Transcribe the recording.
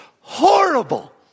horrible